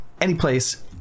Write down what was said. anyplace